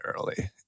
early